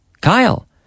Kyle